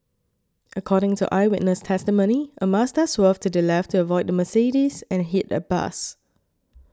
according to eyewitness testimony a Mazda swerved to the left to avoid the Mercedes and hit a bus